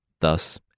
thus